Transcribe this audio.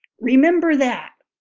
remember that.